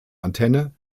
antenne